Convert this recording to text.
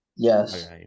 Yes